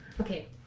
Okay